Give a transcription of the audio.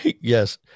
yes